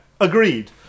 Agreed